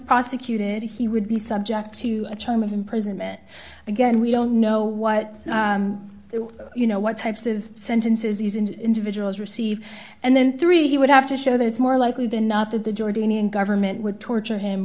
prosecuted he would be subject to a trauma of imprisonment again we don't know what you know what types of sentences these and individuals receive and then three he would have to show that it's more likely than not that the jordanian government would torture him